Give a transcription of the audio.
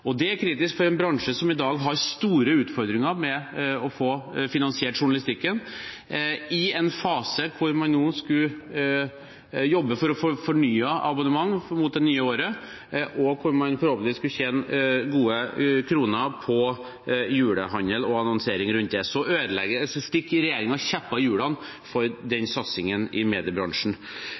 Det er kritisk for en bransje som i dag har store utfordringer med å få finansiert journalistikken i en fase hvor man skulle jobbe for å få fornyet abonnement for det nye året, og hvor man forhåpentligvis skulle tjene gode kroner på julehandel og annonsering i den forbindelse. Så stikker regjeringen kjepper i hjula for den satsingen i mediebransjen.